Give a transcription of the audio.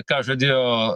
ką žadėjo